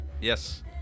Yes